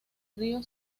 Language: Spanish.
río